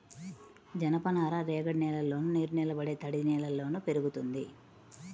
జనపనార రేగడి నేలల్లోను, నీరునిలబడే తడినేలల్లో పెరుగుతుంది